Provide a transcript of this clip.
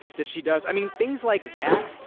that she does mean things like that